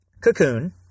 Cocoon